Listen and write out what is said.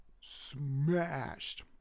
smashed